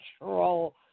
control